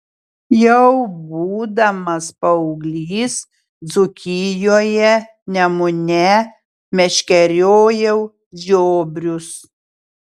jau būdamas paauglys dzūkijoje nemune meškeriojau žiobrius